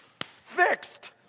Fixed